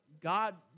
God